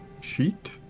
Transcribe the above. sheet